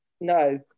No